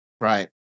Right